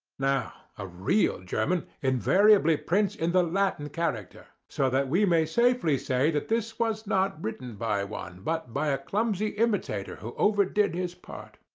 now, a real german invariably prints in the latin character, so that we may safely say that this was not written by one, but by a clumsy imitator who overdid his part.